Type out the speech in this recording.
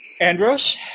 Andros